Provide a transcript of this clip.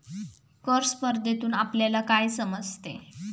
कर स्पर्धेतून आपल्याला काय समजते?